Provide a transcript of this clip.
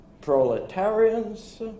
proletarians